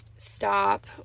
stop